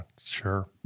Sure